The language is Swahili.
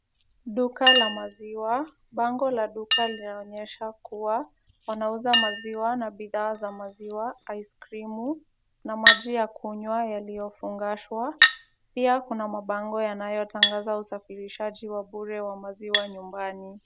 Duka la maziwa. Bango la duka linaonyesha kuwa wanauza maziwa na bidhaa za maziwa, aiskrimu na maji ya kunywa yaliyofungashwa. Pia kuna mabango yanayotangaza usafirishaji wa bure wa maziwa nyumbani.